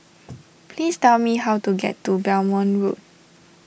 please tell me how to get to Belmont Road